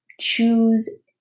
Choose